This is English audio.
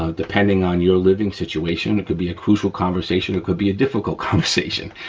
ah depending on your living situation it could be a crucial conversation, it could be a difficult conversation,